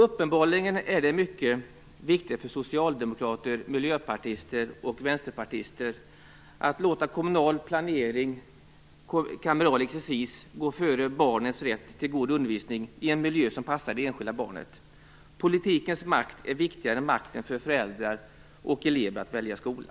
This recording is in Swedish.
Uppenbarligen är det mycket viktigt för socialdemokrater, miljöpartister och vänsterpartister att låta kommunal planering och kameral exercis gå före barnens rätt till god undervisning i en miljö som passar det enskilda barnet. Politikens makt är viktigare än makten för föräldrar och elever att välja skola.